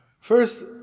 First